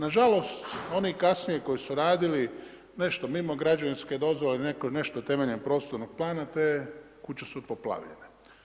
Nažalost, oni kasnije koji su radili, nešto mimo građevinske dozvole, netko nešto temeljem prostornog plana, te kuće su poplavljene.